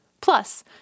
Plus